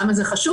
למה זה חשוב,